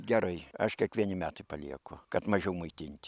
gerai aš kiekvieni metai palieku kad mažiau maitinti